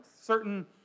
Certain